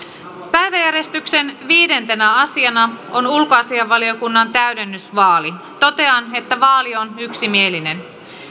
päiväjärjestyksen viidentenä asiana on ulkoasiainvaliokunnan täydennysvaali totean että vaali on yksimielinen